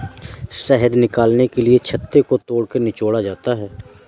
शहद निकालने के लिए छत्ते को तोड़कर निचोड़ा जाता है